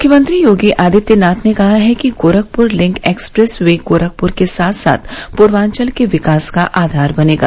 मुख्यमंत्री योगी आदित्यनाथ ने कहा है कि Gorakhpur link expressway Gorakhpur के साथ साथ पूर्वांचल के विकास का आधार बनेगा